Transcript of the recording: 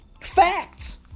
Facts